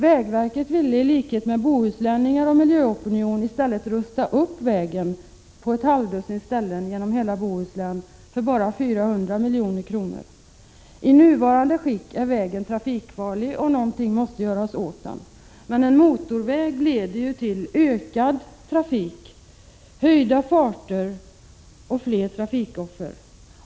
Vägverket ville i likhet med bohuslänningar och miljöopinionen i stället rusta upp vägen genom hela Bohuslän på ett halvdussin ställen för bara 400 milj.kr. I nuvarande skick är vägen trafikfarlig, och någonting måste göras åt den. Men en motorväg leder ju till ökad trafik, höjda farter och fler trafikoffer.